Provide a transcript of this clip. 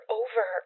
over